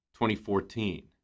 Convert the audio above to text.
2014